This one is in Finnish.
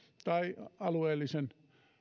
tai alueellisen